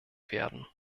werden